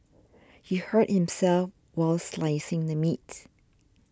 he hurt himself while slicing the meats